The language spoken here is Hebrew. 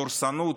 הדורסנות,